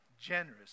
Generous